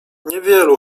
niewielu